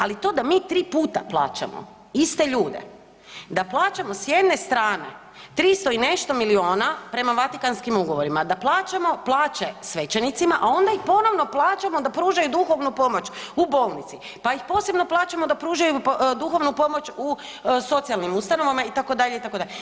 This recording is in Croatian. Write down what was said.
Ali to da mi tri puta plaćamo iste ljude, da plaćamo s jedne strane 300 i nešto milijuna prema Vatikanskim ugovorima da plaćamo plaće svećenicima, a onda ih ponovno plaćamo da pružaju duhovnu pomoć u bolnici, pa ih posebno plaćamo da pružaju duhovnu pomoć u socijalnim ustanovama itd., itd.